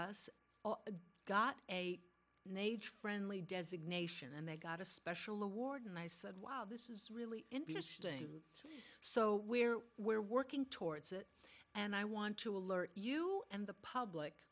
us got a nature friendly designation and they got a special award and i said wow this is really interesting so we're we're working towards it and i want to alert you and the public